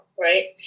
right